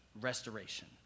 restoration